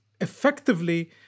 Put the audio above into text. effectively